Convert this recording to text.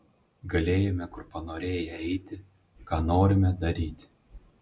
galėjome kur panorėję eiti ką norime daryti